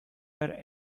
our